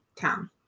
town